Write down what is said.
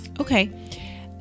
Okay